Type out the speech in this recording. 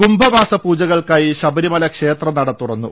കുംഭ മാസ പൂജകൾക്കായി ശബരിമല ക്ഷേത്രം നട തുറന്നു